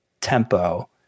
tempo